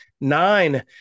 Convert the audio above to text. nine